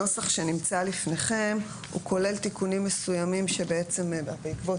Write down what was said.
הנוסח שנמצא לפניכם הוא כולל תיקונים מסוימים שבעצם בעקבות